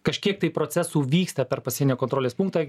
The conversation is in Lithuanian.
kažkiek tai procesų vyksta per pasienio kontrolės punktą